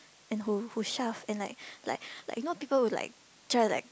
and who who shove and like like like you know people who like try to like